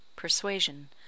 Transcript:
Persuasion